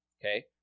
Okay